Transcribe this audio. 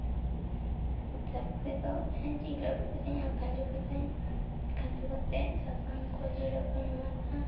ᱛᱟᱨᱯᱚᱨᱮ ᱫᱚ ᱡᱤᱞ ᱟᱨᱩᱯ ᱠᱤᱫᱤᱧ ᱟᱨ ᱠᱷᱟᱸᱡᱚ ᱠᱤᱫᱟᱹᱧ ᱠᱷᱟᱸᱡᱚ ᱠᱟᱛᱮ ᱥᱟᱥᱟᱝ ᱠᱚ ᱡᱤᱨᱟᱹᱠᱚᱧ ᱮᱢᱟᱫᱟ